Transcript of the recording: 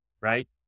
right